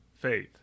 faith